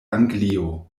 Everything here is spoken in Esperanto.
anglio